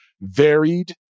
varied